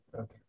okay